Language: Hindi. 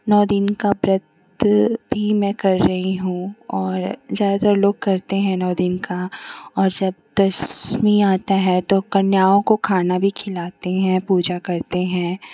नौ दिन का व्रत भी मैं कर रही हूँ और ज़्यादातर लोग करते हैं नौ दिन का और जब दशमी आती है तो कन्याओं को खाना भी खिलाते हैं पूजा करते हैं